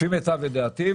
לפי מיטב ידיעתי,